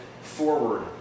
forward